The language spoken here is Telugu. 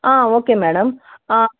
ఆ ఓకే మేడం